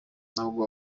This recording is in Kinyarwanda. ntabwo